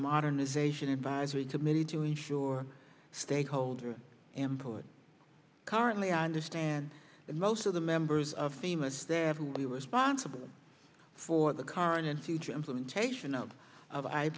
modernization advisory committee to ensure stakeholders important currently i understand that most of the members of famer staff will be responsible for the current and future implementation of of i